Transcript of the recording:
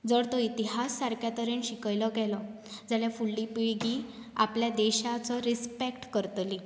जर तो इतिहास सारक्या तरेन शियकलो गेलो जाल्यार फुडलीं पिळगीं आपल्या देशाचो रिस्पेक्ट करतली